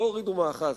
לא הורידו מאחז.